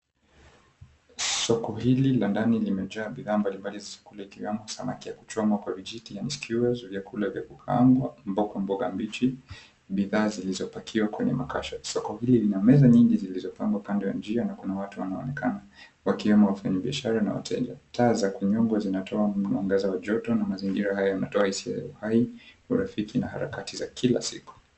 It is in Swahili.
Soko hili la ndani limejaa bidhaa mbalimbali za kukula ikiwemo samaki yakuchomwa kwa vijiti ya kushikia, vyakula vya kukaangwa, mboga mboga mbichi, bidhaa zilizopakiwa kwenye makasha. Soko hili lina meza nyingi zilizopangwa. Kando ya njia kuna watu wanaonekana wakiwemo wafanyi biashara na wateja. Taa za kunyongwa zinatoa mwanganza wa joto na mazingira haya yanatoa hisia ya uhai urafiki na harakati za kila siku.